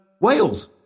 Wales